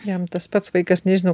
jam tas pats vaikas nežino